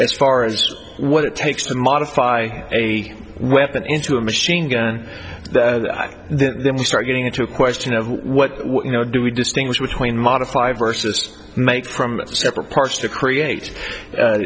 as far as what it takes to modify a weapon into a machine gun and then you start getting into a question of what you know do we distinguish between modify versus make from several parts to create